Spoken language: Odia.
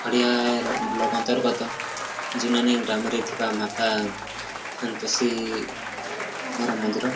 ଖଡ଼ିଆର ବ୍ଲକ ଅନ୍ତର୍ଗତ ଯୁନାନୀ ଗ୍ରାମରେ ଥିବା ମାତା ସନ୍ତୋଷୀଙ୍କର ମନ୍ଦିର